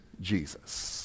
Jesus